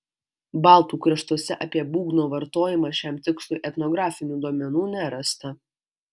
baltų kraštuose apie būgno vartojimą šiam tikslui etnografinių duomenų nerasta